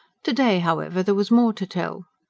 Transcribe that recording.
to-day, however, there was more to tell.